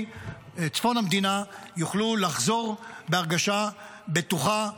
צפון המדינה יוכלו לחזור בהרגשה בטוחה,